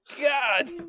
God